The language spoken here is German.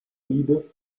liebe